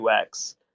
UX